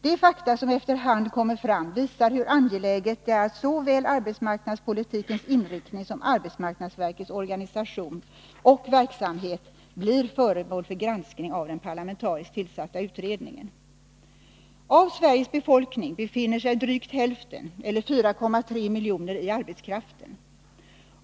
De fakta som efter hand kommer fram visar hur angeläget det är att såväl arbetsmarknadspolitikens inriktning som arbetsmarknadsverkets organisation och verksamhet blir föremål för granskning av den parlamentariskt tillsatta utredningen. Av Sveriges befolkning befinner sig drygt hälften, eller 4,3 miljoner, i arbetskraften.